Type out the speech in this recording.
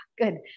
Good